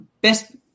best